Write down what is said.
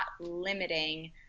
limiting